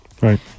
Right